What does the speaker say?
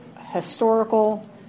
historical